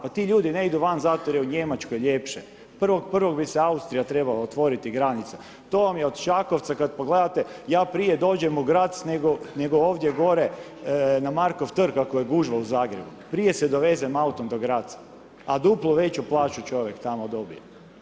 Pa ti ljudi ne idu van zato jer je u Njemačkoj ljepše, 1.1. bi se Austrija trebala otvoriti granica to vam je od Čakovca kad pogledate ja prije dođem u Graz nego ovdje gore na Markov trg ako je gužva u Zagrebu, prije se dovezem autom do Graza a duplo veću plaću čovjek tamo dobije.